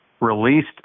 released